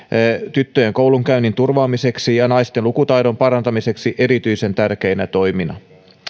tyttöjen koulunkäynnin turvaamiseksi ja naisten lukutaidon parantamiseksi erityisen tärkeinä toimina